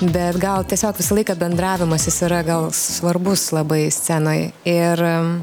bet gal tiesiog visą laiką bendravimas jis yra gal svarbus labai scenoj ir